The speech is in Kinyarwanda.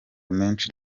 menshi